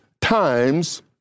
times